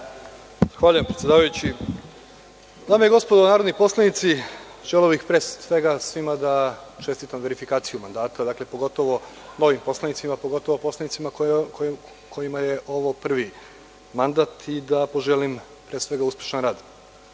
Marković** Dame i gospodo narodni poslanici, želeo bih pre svega svima da čestitam verifikaciju mandata, pogotovo novim poslanicima, pogotovo poslanicima kojima je ovo prvi mandat, i da poželim, pre svega, uspešan